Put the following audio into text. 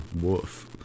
woof